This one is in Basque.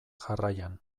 jarraian